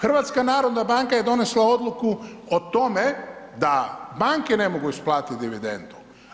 HNB je donesla odluku o tome da banke ne mogu isplatit dividendu.